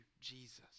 Jesus